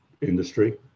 industry